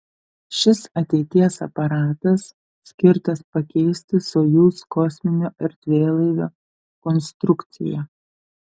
šis ateities aparatas skirtas pakeisti sojuz kosminio erdvėlaivio konstrukciją